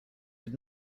did